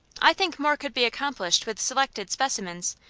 i think more could be accomplished with selected specimens,